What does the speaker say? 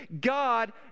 God